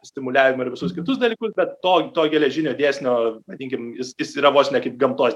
stimuliavimą ir visus kitus dalykus bet to to geležinio dėsnio vadinkim jis jis yra vos ne kaip gamtos